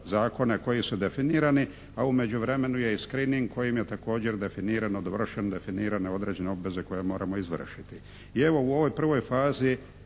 zakone koji su definirani, a u međuvremenu je i screening kojim je također definirano, dovršene definirane određene obveze koje moramo izvršiti. I evo u ovoj prvoj fazi